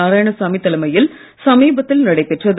நாராயணசாமி தலைமையில் சமீபத்தில் நடைபெற்றது